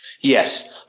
Yes